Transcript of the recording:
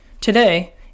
Today